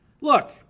Look